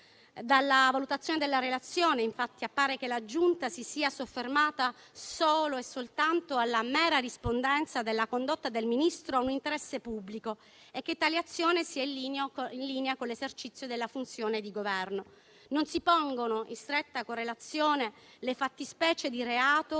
Dalla valutazione della relazione, infatti, appare che la Giunta si sia soffermata solo e soltanto alla mera rispondenza della condotta del Ministro a un interesse pubblico e che tale azione sia in linea con l'esercizio della funzione di Governo. Non si pongono in stretta correlazione le fattispecie di reato